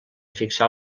fixà